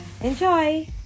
Enjoy